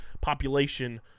population